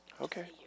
Okay